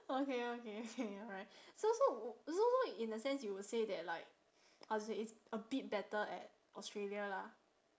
okay okay okay alright okay so so w~ so so in a sense you would say that like how to say it's a bit better at australia lah